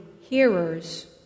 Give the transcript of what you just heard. hearers